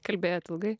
kalbėjot ilgai